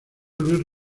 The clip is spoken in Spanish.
luis